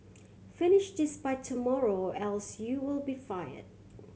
finish this by tomorrow else you will be fired